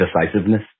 decisiveness